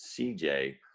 CJ